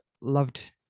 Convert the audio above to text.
loved